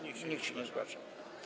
Nikt się nie zgłasza.